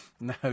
no